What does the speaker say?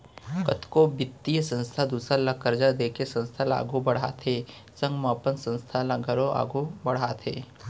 कतको बित्तीय संस्था दूसर ल करजा देके संस्था ल आघु बड़हाथे संग म अपन संस्था ल घलौ आघु बड़हाथे